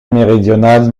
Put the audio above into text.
méridionale